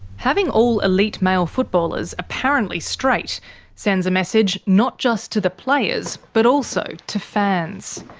having all elite male footballers apparently straight sends a message not just to the players but also to fans.